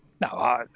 No